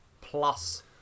plus